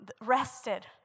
rested